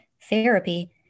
therapy